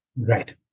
right